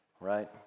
right